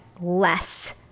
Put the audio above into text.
less